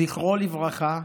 זכרו לברכה,